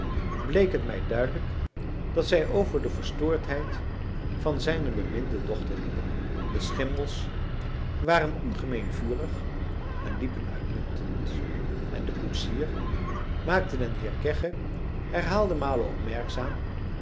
bleek het mij duidelijk dat zij over de verstoordheid van zijne beminde dochter liepen de schimmels waren ongemeen vurig en liepen uitmuntend en de koetsier maakte den heer kegge herhaalde malen